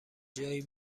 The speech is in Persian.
جایی